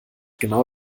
genau